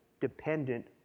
dependent